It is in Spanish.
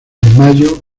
mayo